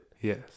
yes